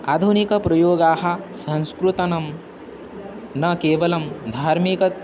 आधुनिकप्रयोगाः संस्कृते नं न केवलं धार्मिकम्